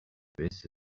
this